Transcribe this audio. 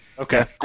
Okay